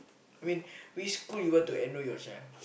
I mean which school you want to enroll your child